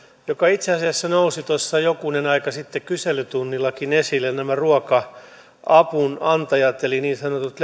joka itse asiassa nousi tuossa jokunen aika sitten kyselytunnillakin esille nämä ruoka avun antajat eli niin sanotut